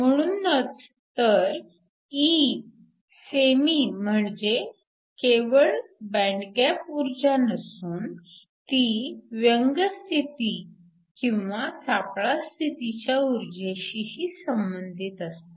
म्हणूनच तर E semi म्हणजे केवळ बँड गॅप ऊर्जा नसून ती व्यंग स्थिती किंवा सापळा स्थितीच्या ऊर्जेशीही संबंधित असते